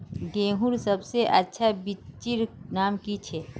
गेहूँर सबसे अच्छा बिच्चीर नाम की छे?